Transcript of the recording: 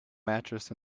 mattress